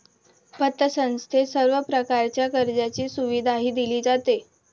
पतसंस्थेत सर्व प्रकारच्या कर्जाची सुविधाही दिली जाते